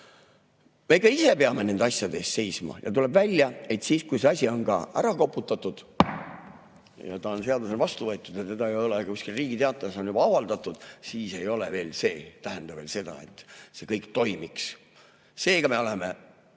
Me ikka ise peame nende asjade eest seisma. Ja tuleb välja, et siis, kui see asi on ka ära koputatud ja ta on seadusena vastu võetud ja Riigi Teatajas on juba avaldatud, siis ei tähenda see veel seda, et see kõik toimiks. Seega, me oleme